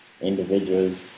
individuals